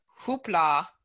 Hoopla